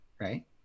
right